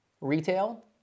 retail